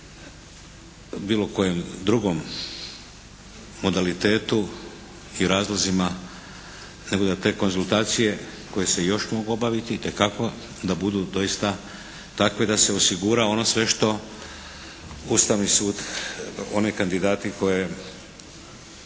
bilo kojem drugom modalitetu i razlozima nego da te konzultacije koje se još mogu obaviti itekako da budu doista takve da se osigura ono sve što Ustavni sud, oni kandidati koje.